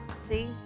See